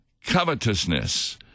covetousness